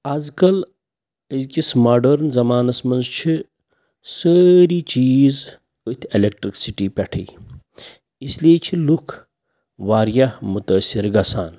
آزکَل أزۍکِس ماڈٲرٕن زَمانَس منٛز چھِ سٲری چیٖز أتھۍ اٮ۪لکٹِرٛک سِٹی پٮ۪ٹھٕے اِسلیے چھِ لُکھ واریاہ مُتٲثر گَژھان